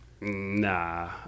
nah